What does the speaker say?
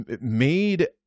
made